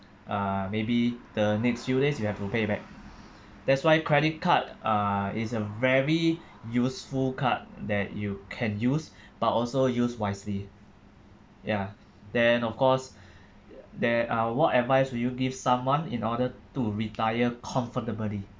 uh maybe the next few days you have to pay back that's why credit card uh is a very useful card that you can use but also use wisely ya then of course there are what advice would you give someone in order to retire comfortably